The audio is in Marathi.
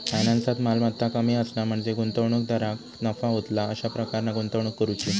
फायनान्सात, मालमत्ता कमी असणा म्हणजे गुंतवणूकदाराक नफा होतला अशा प्रकारान गुंतवणूक करुची